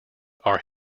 are